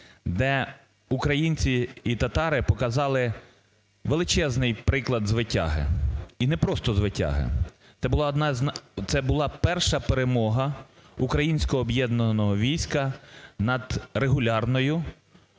де українці і татари показали величезний приклад звитяги і не просто звитяги, це була перша перемога українського об'єднаного війська над регулярною